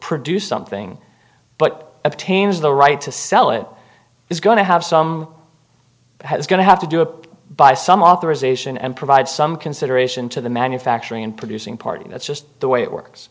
produce something but obtains the right to sell it is going to have some has going to have to do it by some authorization and provide some consideration to the manufacturing and producing party that's just the way it works